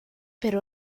per